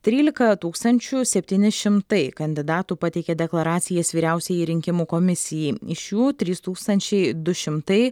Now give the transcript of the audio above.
trylika tūkstančių septyni šimtai kandidatų pateikė deklaracijas vyriausiajai rinkimų komisijai iš jų trys tūkstančiai du šimtai